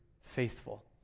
faithful